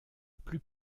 plus